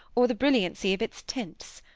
or the brilliancy of its tints.